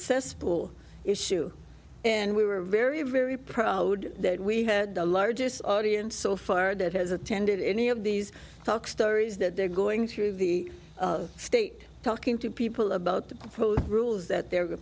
cesspool issue and we were very very proud that we had the largest audience so far that has attended any of these talks stories that they're going through the state talking to people about the proposed rules that they're